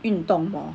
运动 hor